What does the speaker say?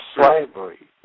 slavery